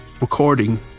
recording